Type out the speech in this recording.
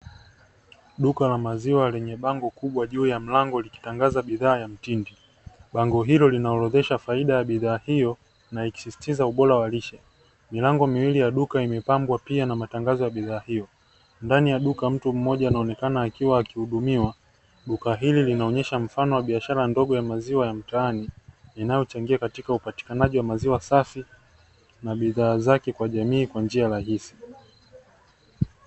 Duka la maziwa lenye bango kubwa juu ya mlango likitangaza bidhaa ya mtindi, bango hilo lina orodhesha faida ya bidhaa hiyo na ikisisitiza ubora wa lishe. Milango miwili ya duka imepambwa pia na matangazo ya bidhaa ya hiyo, ndani ya duka mtu mmoja anaonekana akiwa akihudumiwa. Duka hili linaonyesha mfano wa biashara ndogo ya maziwa ya mtaani inayo changia katika upatikanaji wa maziwa safi na bidhaa zake kwa jamii kwa njia rahisi.